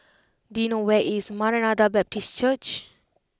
do you know where is Maranatha Baptist Church